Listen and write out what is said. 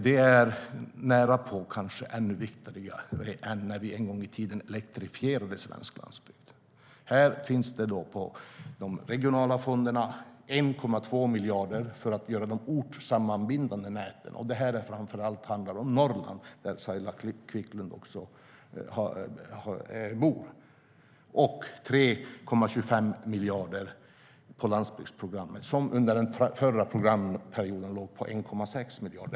Den är närapå ännu viktigare än när vi en gång i tiden elektrifierade svensk landsbygd. Här finns i de regionala fonderna 1,2 miljarder för att göra de ortssammanbindande näten. Det handlar framför allt om Norrland, där Saila Quicklund bor. Det gäller 3,25 miljarder i landsbygdsprogrammet, som under den förra programperioden låg på 1,6 miljarder.